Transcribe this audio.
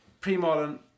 pre-modern